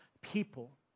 people